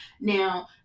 Now